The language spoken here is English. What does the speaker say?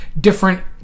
different